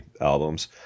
albums